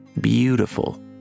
beautiful